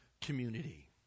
community